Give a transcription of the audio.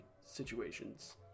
situations